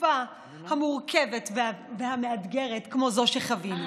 בתקופה מורכבת ומאתגרת כמו זו שחווינו.